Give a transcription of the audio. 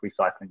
recycling